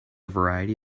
variety